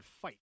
fight